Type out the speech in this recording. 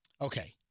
Okay